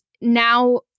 now